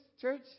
church